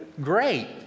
Great